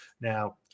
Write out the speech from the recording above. Now